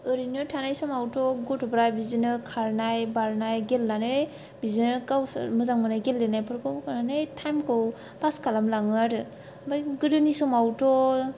एरैनो थानाय समावथ' गथ'फ्रा बिदिनो खारनाय बारनाय गेलेनानै बिदिनो गावसोर मोजां मोननाय गेलेनायफोरखौ माबानानै टाइमखौ पास खालामलाङो आरो आमफ्राय गोदोनि समावथ'